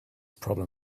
problem